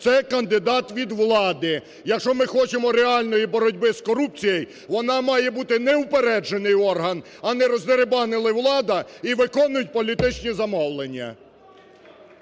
це кандидат від влади. Якщо ми хочемо реальної боротьби з корупцією, вона має бути неупереджений орган, а не роздерибанили влада і виконують політичні замовлення.